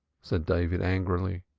said david angrily.